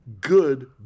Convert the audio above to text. good